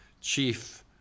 chief